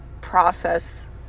process